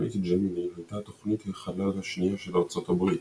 תוכנית ג'מיני הייתה תוכנית החלל השנייה של ארצות הברית.